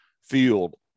field